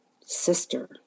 sister